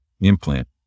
implant